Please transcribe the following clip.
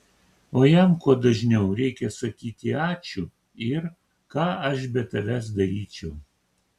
o jam kuo dažniau reikia sakyti ačiū ir ką aš be tavęs daryčiau